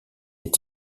est